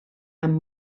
amb